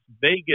Vegas